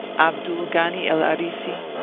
abdul-ghani el-arisi,